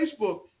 Facebook